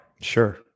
Sure